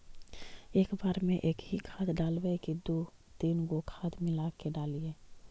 एक बार मे एकही खाद डालबय की दू तीन गो खाद मिला के डालीय?